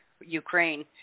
Ukraine